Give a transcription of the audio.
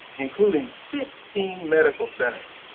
including fifteen medical centers.